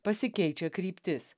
pasikeičia kryptis